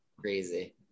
crazy